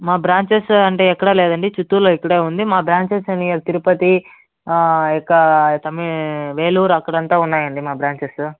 మా బ్రాంచెస్ అంటే ఎక్కడా లేదండి చిత్తూరులో ఇక్కడే ఉంది మా బ్రాంచెస్ అని తిరుపతి ఇంకా తమి వేలూరు అక్కడంతా ఉన్నాయండి మా బ్రాంచెస్సు